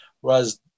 Whereas